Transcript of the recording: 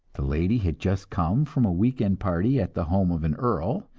the lady had just come from a week-end party at the home of an earl,